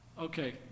okay